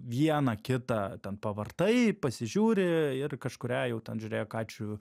vieną kitą ten pavartai pasižiūri ir kažkurią jau tad žiūrėk ačiū